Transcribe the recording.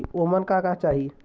ओमन का का चाही?